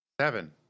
seven